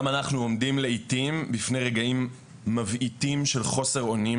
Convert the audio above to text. גם אנחנו עומדים לעיתים בפני רגעים מבעיתים של חוסר אונים